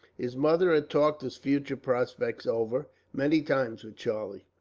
his mother had talked his future prospects over, many times, with charlie.